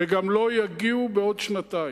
וגם לא יגיעו בעוד שנתיים.